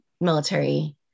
military